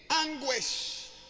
anguish